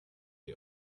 the